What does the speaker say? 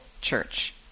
church